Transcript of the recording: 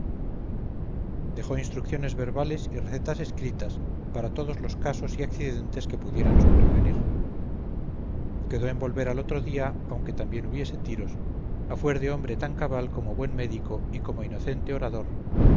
dejó instrucciones verbales y recetas escritas para todos los casos y accidentes que pudieran sobrevenir quedó en volver al otro día aunque también hubiese tiros a fuer de hombre tan cabal como buen médico y como inocente orador